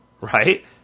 right